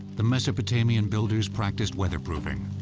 the mesopotamian builders practiced weatherproofing.